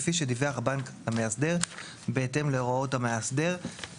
כפי שדיווח הבנק למאסדר בהתאם להוראות המאסדר;".